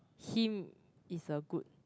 him is a good